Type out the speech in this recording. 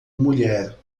mulher